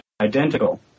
identical